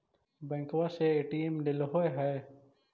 बैंकवा से ए.टी.एम लेलहो है?